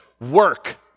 Work